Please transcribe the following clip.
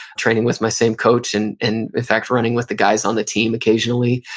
training with my same coach, and in in fact, running with the guys on the team occasionally,